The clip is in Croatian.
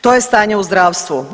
To je stanje u zdravstvu.